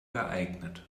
geeignet